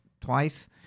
twice